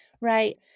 Right